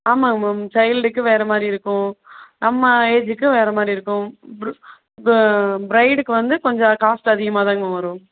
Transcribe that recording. ஆமாங்க மேம் சைல்ட்க்கு வேறு மாதிரி இருக்கும் நம்ம ஏஜ்க்கு வேறு மாதிரி இருக்கும் ப் ப்ரைடுக்கு வந்து கொஞ்சம் காஸ்ட்டு அதிகமாக தாங்க மேம் வரும்